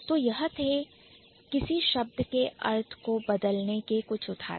तो यह थे किसी शब्द के अर्थ को बदलने के कुछ उदाहरण